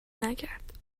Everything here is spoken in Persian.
نکرد